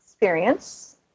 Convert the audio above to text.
experience